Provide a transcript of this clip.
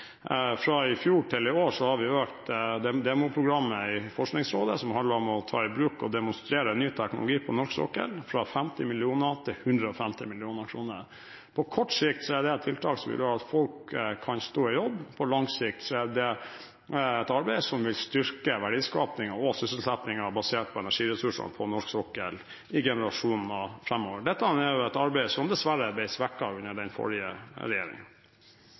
Fra i fjor til i år har vi økt demoprogrammet i Forskningsrådet, som handler om å ta i bruk og demonstrere ny teknologi på norsk sokkel, fra 50 mill. kr til 150 mill. kr. På kort sikt er det et tiltak som vil gjøre at folk kan stå i jobb, på lang sikt er det et arbeid som vil styrke verdiskapingen og sysselsettingen basert på energiressursene på norsk sokkel i generasjoner framover. Dette er et arbeid som dessverre ble svekket under den forrige regjering.